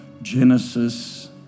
Genesis